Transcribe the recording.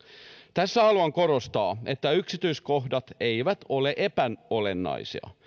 tässä haluan korostaa että yksityiskohdat eivät ole epäolennaisia